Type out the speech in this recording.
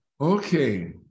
Okay